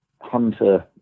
hunter